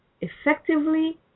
effectively